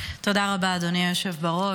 אדוני היושב בראש.